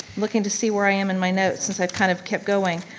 looking to see where i am in my notes since i've kind of kept going.